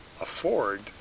afford